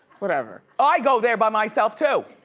whatever. i go there by myself, too.